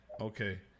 Okay